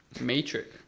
matrix